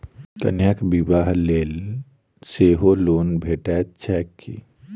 कन्याक बियाह लेल सेहो लोन भेटैत छैक की?